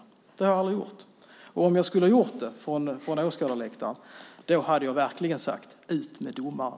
Det har jag aldrig gjort. Och om jag skulle ha gjort det från åskådarläktaren hade jag verkligen sagt: Ut med domaren!